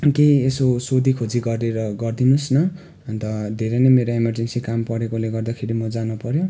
केही यसो सोधी खोजी गरिदिएर गरिदिनु होस् न अन्त धेरै नै मेरो इमर्जेन्सी काम परेकोले गर्दाखेरि म जानुपर्यो